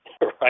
right